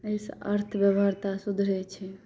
एहिसँ अर्थव्यवस्था सुधरै छै